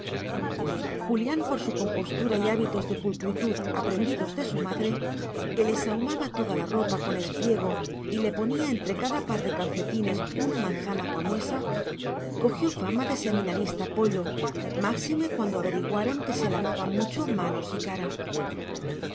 julián por su compostura y hábitos de pulcritud aprendidos de su madre que le sahumaba toda la ropa con espliego y le ponía entre cada par de calcetines una manzana camuesa cogió fama de seminarista pollo máxime cuando averiguaron que se lavaba mucho manos y cara